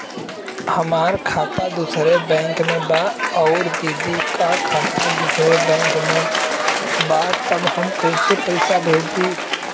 हमार खाता दूसरे बैंक में बा अउर दीदी का खाता दूसरे बैंक में बा तब हम कैसे पैसा भेजी?